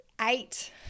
eight